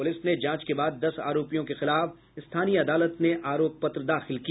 police ने जांच के बाद दस आरोपियों के खिलाफ स्थानीय अदालत में आरोप पत्र दाखिल किया